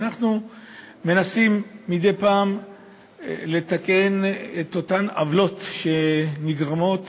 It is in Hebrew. ואנחנו מנסים מדי פעם לתקן את אותן עוולות שנגרמות